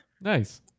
nice